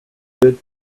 good